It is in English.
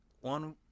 one